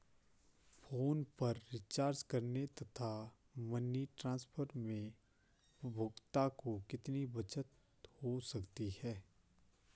Phone पर recharge करने तथा मनी ट्रांसफर में उपभोक्ता को कितनी बचत हो सकती है?